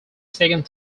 second